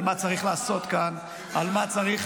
מה צריך לעשות כאן --- אתה יודע למה?